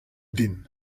din